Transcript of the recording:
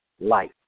life